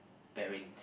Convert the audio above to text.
bearing